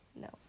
No